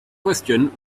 question